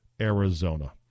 Arizona